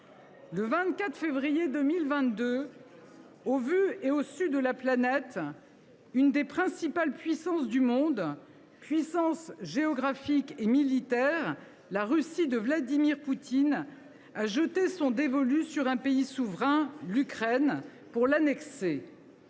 Le 24 février 2022, au vu et au su de la planète, l’une des principales puissances du monde, puissance géographique et militaire, la Russie de Vladimir Poutine, a jeté son dévolu sur un État souverain, l’Ukraine – un pays de